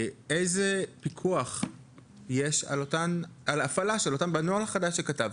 איזה פיקוח יש על הפעלה של זה בנוהל החדש שכתבתם,